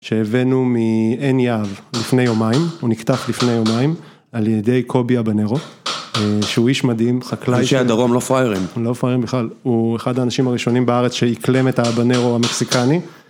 - שהבאנו מעין יהב לפני יומיים, הוא נפתח לפני יומיים על ידי קובי אבנרו, שהוא איש מדהים, חקלאי. - אנשי הדרום לא פראיירים - לא פראיירים בכלל. הוא אחד האנשים הראשונים בארץ שאיקלם את האבנרו המקסיקני.